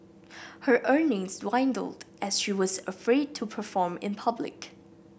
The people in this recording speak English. her earnings dwindled as she was afraid to perform in public